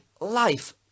life